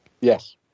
Yes